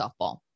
softball